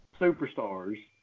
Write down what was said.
superstars